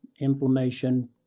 inflammation